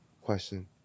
question